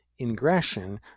ingression